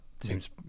seems